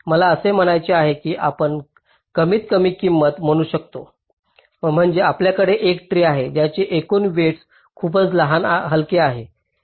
मला असे म्हणायचे आहे की आपण कमीत कमी किंमत म्हणू शकता म्हणजे माझ्याकडे एक ट्री आहे ज्याचे एकूण वेईटस खूपच हलके आहे